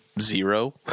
zero